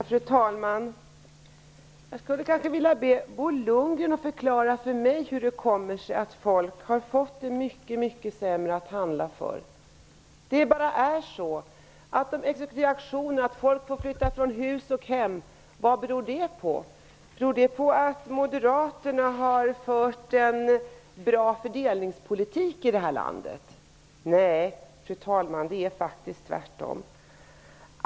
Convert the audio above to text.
Fru talman! Jag skulle vilja be Bo Lundgren förklara för mig hur det kommer sig att folk har fått mycket mindre att handla för. Det bara är så. Vad beror de exekutiva auktionerna på, att folk får flytta från hus och hem? Beror det på att Moderaterna har fört en bra fördelningspolitik i det här landet? Nej, fru talman, det är faktiskt tvärtom.